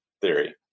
theory